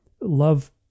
love